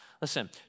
Listen